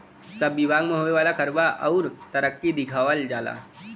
सब बिभाग मे होए वाला खर्वा अउर तरक्की दिखावल जाला